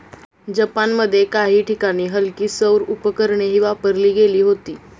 जपानमध्ये काही ठिकाणी हलकी सौर उपकरणेही वापरली गेली होती